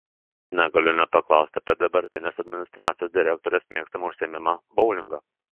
negaliu nepaklausti apie dabartinės administracijos direktorės mėgstamą užsiėmimą boulingą